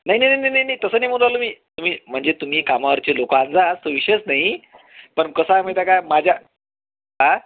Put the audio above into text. नाही नाही नाही नाही नाही नाही तसं नाही बोलू राहिलं मी तुम्ही म्हणजे तुम्ही कामावरचे लोकं आणला तो विषयच नाही पण कसं आहे माहिती आहे का माझ्या आ